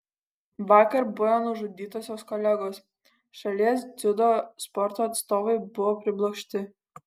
vakar buvę nužudytosios kolegos šalies dziudo sporto atstovai buvo priblokšti